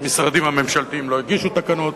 המשרדים הממשלתיים לא הגישו תקנות.